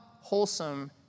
wholesome